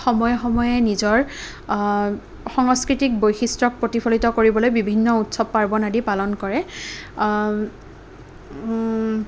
সময়ে সময়ে নিজৰ সংস্কৃতিক বৈশিষ্ট্যক প্ৰতিফলিত কৰিবলৈ বিভিন্ন উৎসৱ পাৰ্বণ আদি পালন কৰে